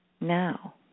now